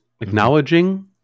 acknowledging